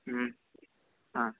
ಹ್ಞೂ ಹಾಂ